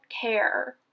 care